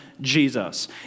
Jesus